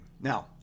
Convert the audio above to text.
Now